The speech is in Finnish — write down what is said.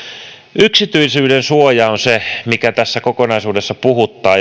yksityisyydensuoja on se mikä tässä kokonaisuudessa puhuttaa